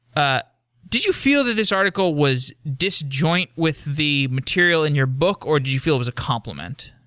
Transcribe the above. ah did you feel that this article was disjoint with the material in your book, or did you feel it was a compliment?